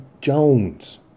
Jones